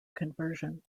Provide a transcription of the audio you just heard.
conversion